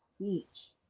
speech